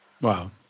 Wow